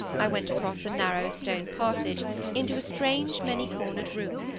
i went across a narrow stone passage into a strange, many-cornered room,